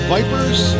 Vipers